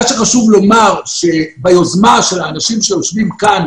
ביוזמה של האנשים שיושבים פה,